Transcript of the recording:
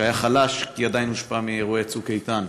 שהיה חלש כי עדיין הושפע מאירועי "צוק איתן".